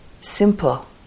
simple